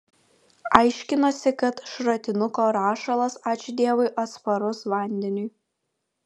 aiškinosi kad šratinuko rašalas ačiū dievui atsparus vandeniui